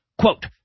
Quote